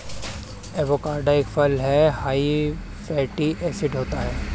avocado एक फल हैं हाई फैटी एसिड होता है